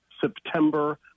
September